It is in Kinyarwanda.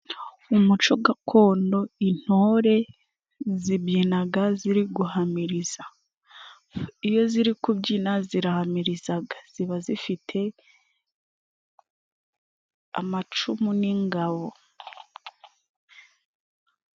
Umuco gakondo intore zibyinaga ziri guhamiriza, iyo ziri kubyina zirahamirizaga ziba zifite amacumu n'ingabo.